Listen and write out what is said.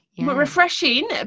Refreshing